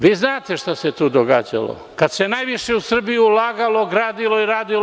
Vi znate šta se tu događalo kada se najviše u Srbiju ulagalo, gradilo i radilo.